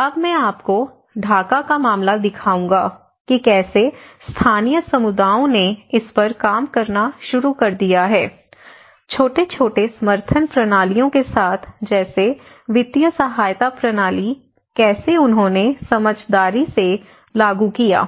अब मैं आपको ढाका का मामला दिखाऊंगा कि कैसे स्थानीय समुदायों ने इसपर काम करना शुरू कर दिया है छोटे छोटे समर्थन प्रणालियों के साथ जैसे वित्तीय सहायता प्रणाली कैसे उन्होंने समझदारी से लागू किया